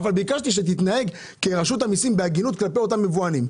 ביקשתי שכרשות המסים תתנהג בהגינות כלפי אותם יבואנים.